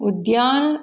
उद्यान